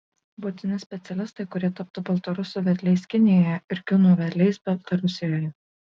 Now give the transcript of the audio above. būtini specialistai kurie taptų baltarusių vedliais kinijoje ir kinų vedliais baltarusijoje